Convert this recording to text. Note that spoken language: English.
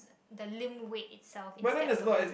the limb weight itself instead of the whole